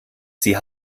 sie